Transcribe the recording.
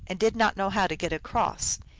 and did not know how to get across.